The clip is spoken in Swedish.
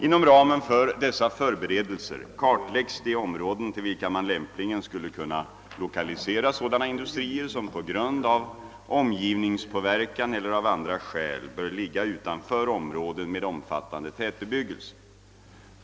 Inom ramen för dessa förberedelser kartläggs de områden till vilka man lämpligen skulle kunna lokalisera sådana industrier som på grund av omgivningspåverkan eller av andra skäl bör ligga utanför områden med omfattande tätbebyggelse.